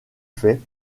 fait